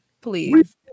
Please